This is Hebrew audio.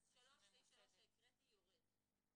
אז סעיף (3) שקראתי יורד.